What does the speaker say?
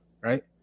Right